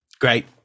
Great